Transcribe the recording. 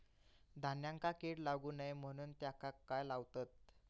धान्यांका कीड लागू नये म्हणून त्याका काय लावतत?